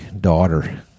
daughter